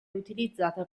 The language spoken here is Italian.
utilizzata